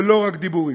ולא רק דיבורים.